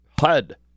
HUD